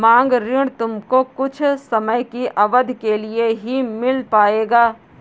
मांग ऋण तुमको कुछ समय की अवधी के लिए ही मिल पाएगा